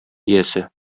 иясе